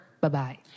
bye-bye